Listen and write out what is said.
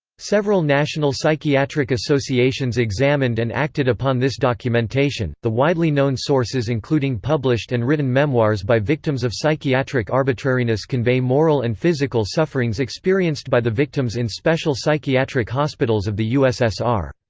several national psychiatric associations examined and acted upon this documentation the widely known sources including published and written memoirs by victims of psychiatric arbitrariness convey moral and physical sufferings experienced by the victims in special psychiatric hospitals of the ussr.